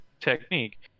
technique